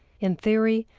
in theory,